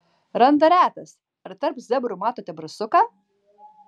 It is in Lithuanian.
randa retas ar tarp zebrų matote barsuką